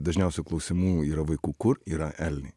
dažniausių klausimų yra vaikų kur yra elniai